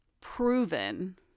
proven